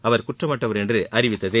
அவா் குற்றமற்றவா் என்று அறிவித்தது